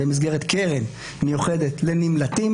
במסגרת קרן מיוחדת לנמלטים